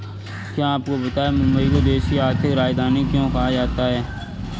क्या आपको पता है मुंबई को देश की आर्थिक राजधानी क्यों कहा जाता है?